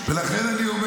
ולכן אני אומר